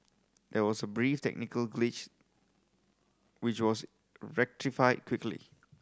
there was a brief technical glitch which was rectified quickly